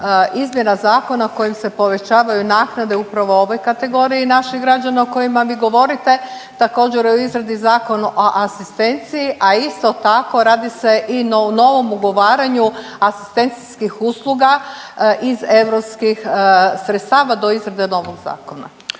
izmjena zakona kojim se povećavaju naknade upravo ovoj kategoriji naših građana o kojima vi govorite. Također je u izradi zakon o asistenciji, a isto tako, radi se i na novom ugovaranju asistencijskih usluga iz europskih sredstava do izrade novog zakona.